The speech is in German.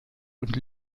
und